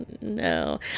no